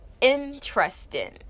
Interesting